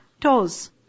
toes